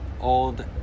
old